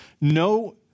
No